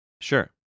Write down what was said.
Sure